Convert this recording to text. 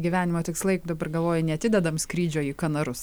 gyvenimo tikslai dabar galvoju neatidedam skrydžio į kanarus